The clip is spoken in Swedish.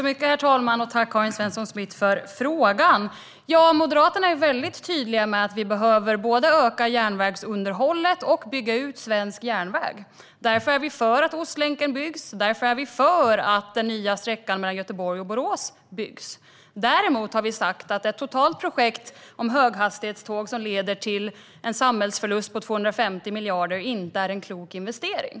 Herr talman! Tack, Karin Svensson Smith, för frågan! Vi i Moderaterna är väldigt tydliga med att vi både behöver öka järnvägsunderhållet och bygga ut svensk järnväg. Därför är vi för att Ostlänken byggs, och därför är vi för att den nya sträckan mellan Göteborg och Borås byggs. Däremot har vi sagt att ett totalt projekt om höghastighetståg som leder till en samhällsförlust på 250 miljarder inte är en klok investering.